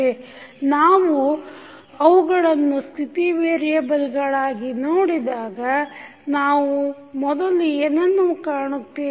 ಈ ನಾವು ಅವುಗಳನ್ನು ಸ್ಥಿತಿ ವೇರಿಯೆಬಲ್ಗಳಾಗಿ ನೋಡಿದಾಗ ನಾವು ಮೊದಲು ಏನನ್ನು ಕಾಣುತ್ತೇವೆ